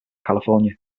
california